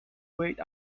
wait